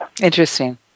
Interesting